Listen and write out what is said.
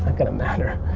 ah gonna matter.